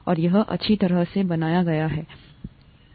और यह अच्छी तरह से बनाया गया है